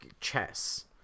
chess